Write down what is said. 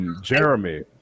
Jeremy